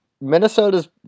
Minnesota's